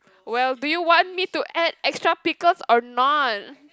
well do you want me to add extra pickles or not